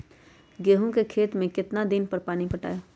गेंहू के खेत मे कितना कितना दिन पर पानी पटाये?